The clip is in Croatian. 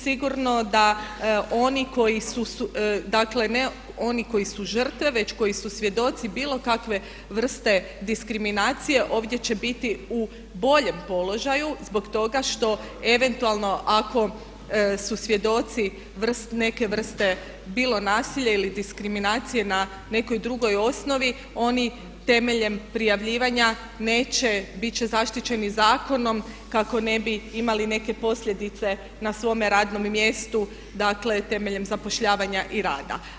Sigurno da oni koji su, dakle ne oni koji su žrtve već koji su svjedoci bilo kakve vrste diskriminacije, ovdje će biti u boljem položaju zbog toga što eventualno ako su svjedoci neke vrste bilo nasilja ili diskriminacije na nekoj drugoj osnovi oni temeljem prijavljivanja neće, bit će zaštićeni zakonom kako ne bi imali neke posljedice na svome radnom mjestu dakle temeljem zapošljavanja i rada.